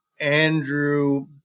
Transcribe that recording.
Andrew